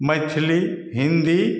Maithili Hindi